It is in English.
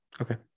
Okay